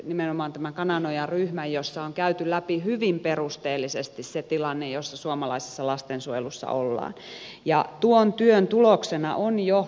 nimenomaan tämän kanan ojan ryhmän jossa on käyty läpi hyvin perusteellisesti se tilanne jossa suomalaisessa lastensuojelussa ollaan ja tuon työn tuloksena on jo laatusuositus olemassa